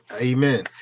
amen